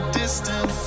distant